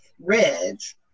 ridge